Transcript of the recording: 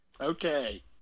Okay